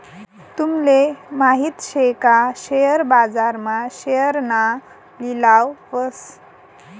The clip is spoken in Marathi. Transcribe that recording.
तूमले माहित शे का शेअर बाजार मा शेअरना लिलाव व्हस